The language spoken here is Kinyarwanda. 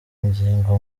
ingingo